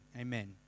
Amen